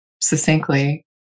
succinctly